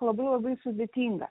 labai labai sudėtinga